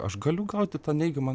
aš galiu gauti tą neigiamą